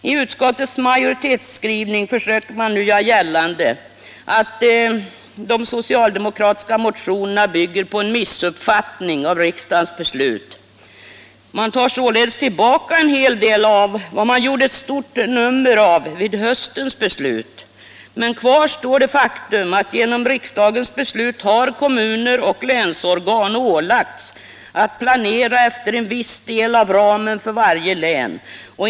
I utskottets majoritetsskrivning försöker man nu göra gällande att de socialdemokratiska motionerna bygger på en missuppfattning av riksdagens beslut. Man tar således tillbaka en hel del av vad man gjorde ett stort nummer av vid höstens beslut. Men kvar står det faktum att genom riksdagens beslut har kommuner och länsorgan ålagts att planera efter en viss del av ramen för varje län.